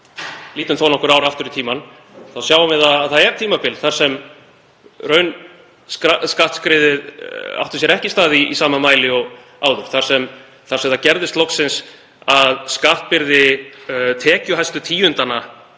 lítum þó nokkur ár aftur í tímann sjáum við að það er tímabil þar sem raunskattsskriðið átti sér ekki stað í sama mæli og áður þar sem það gerðist loksins að skattbyrði tekjuhæstu tíundanna